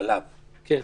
כן.